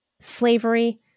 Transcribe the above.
slavery